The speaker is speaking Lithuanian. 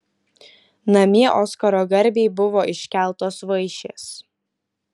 namie oskaro garbei buvo iškeltos vaišės